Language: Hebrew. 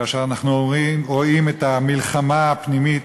כאשר אנחנו רואים את המלחמה הפנימית